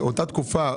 לאותה תקופה,